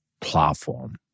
platform